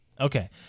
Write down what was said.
Okay